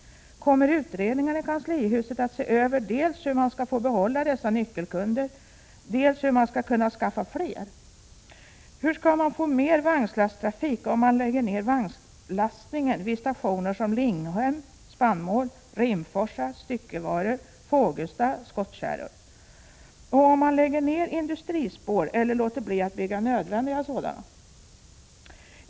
Kommer utredningarna i kanslihuset att se över dels hur man skall få behålla dessa nyckelkunder, dels hur man skall kunna skaffa fler? Hur skall man få mer vagnslasttrafik, om man lägger ner vagnslastningen vid stationer som Linghem - spannmål —, Rimforsa — styckevaror — och Fågelsta —skottkärror — och om man lägger ner industrispår eller låter bli att bygga nödvändiga sådana?